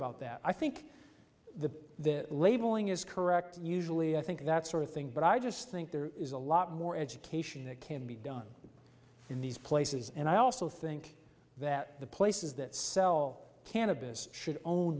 about that i think the labeling is correct usually i think that sort of thing but i just think there is a lot more education that can be done in these places and i also think that the places that sell cannabis should own